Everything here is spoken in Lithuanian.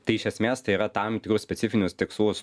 tai iš esmės tai yra tam tikrus specifinius tikslus